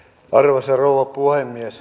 arvoisa rouva puhemies